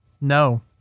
No